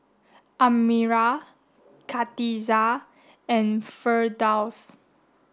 Amirah Khatijah and Firdaus